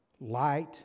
Light